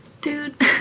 Dude